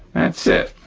that's it.